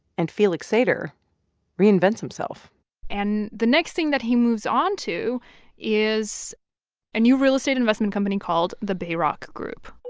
and felix sater reinvents himself and the next thing that he moves onto is a new real estate investment company called the bayrock group